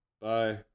Bye